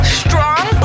strong